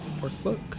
workbook